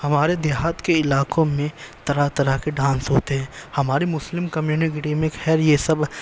ہمارے دیہات کے علاقوں میں طرح طرح کے ڈانس ہوتے ہیں ہماری مسلم کمیونٹی میں خیر یہ سب